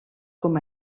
com